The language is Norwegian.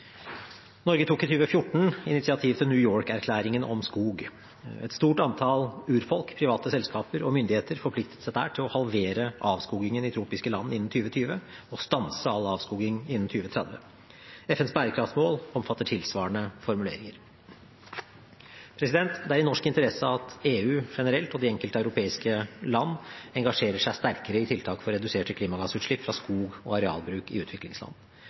Norge tok i 2014 initiativ til New York-erklæringen om skog. Et stort antall urfolk, private selskaper og myndigheter forpliktet seg der til å halvere avskogingen i tropiske land innen 2020 og stanse all avskoging innen 2030. FNs bærekraftsmål omfatter tilsvarende formuleringer. Det er i norsk interesse at EU generelt og de enkelte europeiske land engasjerer seg sterkere i tiltak for reduserte klimagassutslipp fra skog og arealbruk i utviklingsland.